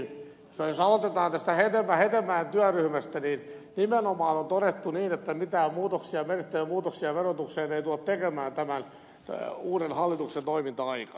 jos aloitetaan tästä hetemäen työryhmästä niin nimenomaan on todettu niin että mitään merkittäviä muutoksia verotukseen ei tulla tekemään tämän uuden hallituksen toiminta aikana